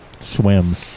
swim